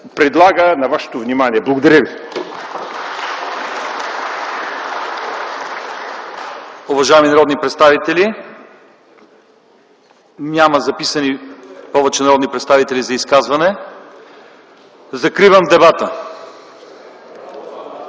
предлага на вашето внимание. Благодаря ви.